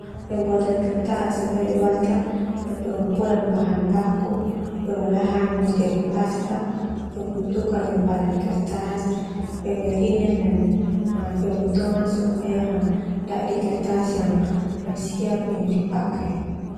Pembuatan kertas ah melibatkan pengumpulan bahan baku, pengolahan menjadi pasta, pembentukan lembaran kertas, pengeringan dan pemotongan ah supaya dadi kertas yang siap dipakai.